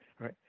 right